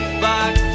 back